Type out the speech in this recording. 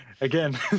Again